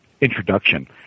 introduction